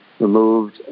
removed